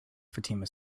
fatima